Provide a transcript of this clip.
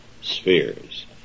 spheres